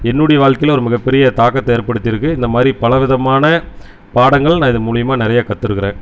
என்னுடைய வாழ்க்கையில் ஒரு மிக பெரிய தாக்கத்தை ஏற்ப்படுத்திருக்கு இந்த மாதிரி பலவிதமான பாடங்கள் இது மூலிமா நிறையா கற்றுருக்குறேன்